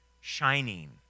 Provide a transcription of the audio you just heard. shining